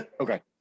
Okay